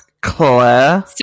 Claire